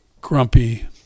grumpy